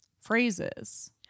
phrases